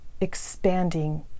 expanding